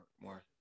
more